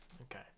Okay